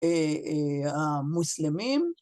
אה... אה... המוסלמים.